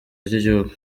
ry’igihugu